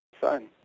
son